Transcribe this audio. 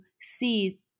see